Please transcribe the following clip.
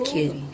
Kitty